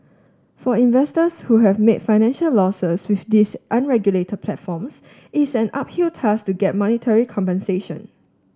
for investors who have made financial losses with these unregulated platforms it's an uphill task to get monetary compensation